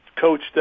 coached